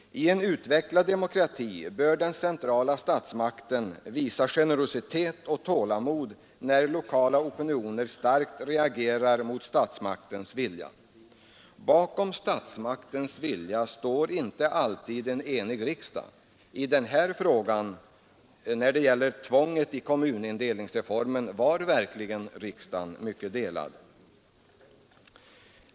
I en utvecklad demokrati bör den centrala statsmakten också visa generositet och tålamod när lokala opinioner starkt reagerar mot statsmaktens vilja. Bakom statsmaktens vilja står inte alltid en enig riksdag. Beträffande denna fråga rörande tvånget i kommunindelningsreformen var verkligen riksdagen mycket delad.